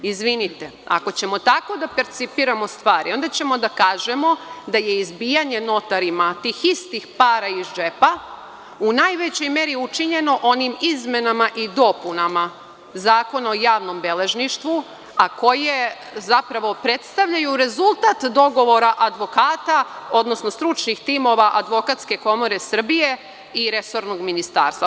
Izvinite, ako ćemo tako da percipiramo stvari, onda ćemo da kažemo da je izbijanje notarima, tih istih para iz džepa, u najvećoj meri učinjeno onim izmenama i dopunama Zakona o javnom beležništvu, a koje zapravo predstavljaju rezultat dogovora advokata odnosno stručnih timova Advokatske komore Srbije i resornog ministarstva.